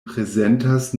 prezentas